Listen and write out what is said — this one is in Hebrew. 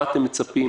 מה אתם מצפים,